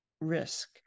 risk